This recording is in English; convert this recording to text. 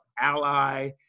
ally